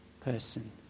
person